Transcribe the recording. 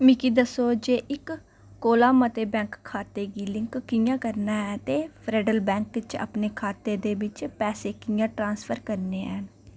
मिगी दस्सो जे इक कोला मते बैंक खातें गी लिंक कि'यां करना ऐ ते फ्रैडरल बैंक च अपने खातें दे बिच्च पैसे कि'यां ट्रांसफर करने ऐ